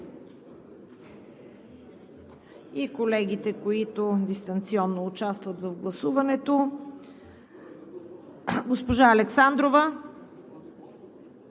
и колегите, които дистанционно участват в гласуването. Госпожа Александрова?